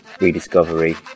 rediscovery